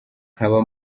nkaba